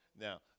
Now